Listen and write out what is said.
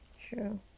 True